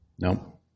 No